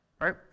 Right